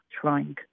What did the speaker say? trying